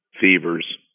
fevers